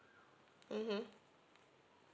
mmhmm